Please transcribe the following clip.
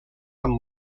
amb